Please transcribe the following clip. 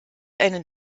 einen